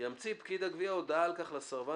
"...ימציא פקיד הגבייה הודעה על כך לסרבן